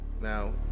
Now